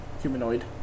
Humanoid